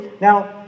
Now